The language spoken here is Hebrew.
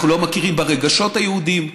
אנחנו לא מכירים ברגשות היהודיים,